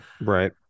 right